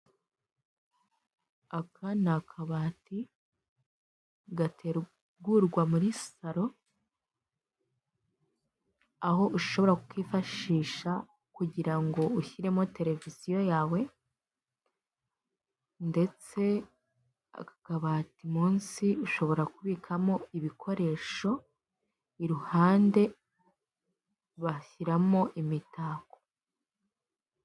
Aka ni akabati gategurwa muri salo, aho ushobora kikifashisha kugirango ushyiremo televiziyo yawe, ndetse aka kabati munsi ushobora kubikamo ibikoresho iruhande bashyiramo imitako.